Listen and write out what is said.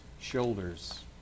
shoulders